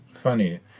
funny